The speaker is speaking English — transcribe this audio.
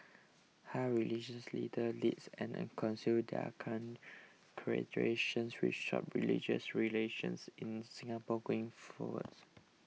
how religious leaders leads and counsel their congregations will shape religious relations in Singapore going forwards